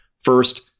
first